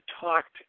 talked